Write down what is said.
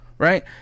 Right